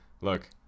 Look